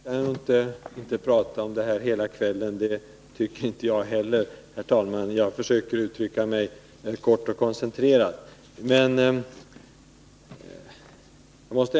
Herr talman! Nej, vi skall nog inte tala om det här ämnet hela kvällen; det tycker inte jag heller, herr talman. Jag försöker uttrycka mig kort och koncentrerat.